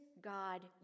God